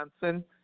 Johnson –